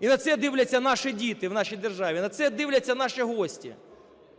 І на це дивляться наші діти в нашій державі, на це дивляться наші гості.